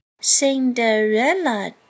Cinderella